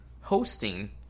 hosting